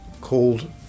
called